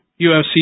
UFC